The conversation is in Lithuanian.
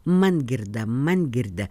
mangirdą mangirdę